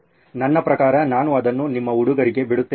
ನನ್ನ ಪ್ರಕಾರ ನಾನು ಅದನ್ನು ನಿಮ್ಮ ಹುಡುಗರಿಗೆ ಬಿಡುತ್ತೇನೆ